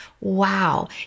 Wow